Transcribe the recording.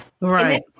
Right